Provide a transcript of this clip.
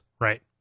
right